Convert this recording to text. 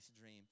dream